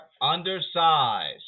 undersized